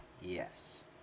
Yes